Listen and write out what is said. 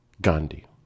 Gandhi